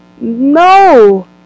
no